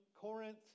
Corinth